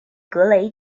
格雷